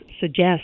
suggest